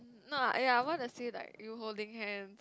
no ya I want to see like you holding hand